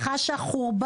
אני חשה חורבן,